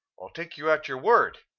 take you at your word.